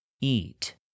eat